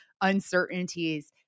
uncertainties